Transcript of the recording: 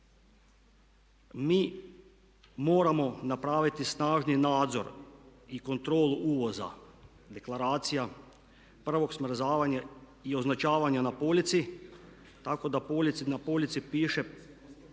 Mi moramo napraviti snažni nadzor i kontrolu uvoza deklaracija prvog smrzavanja i označavanja na polici, tako da na polici piše